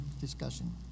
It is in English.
discussion